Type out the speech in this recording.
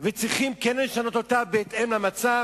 וצריך לשנות אותה בהתאם למצב.